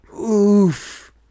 Oof